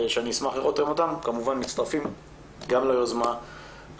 שאני אשמח לראות גם אותם מצטרפים גם ליוזמה הזאת.